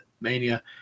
mania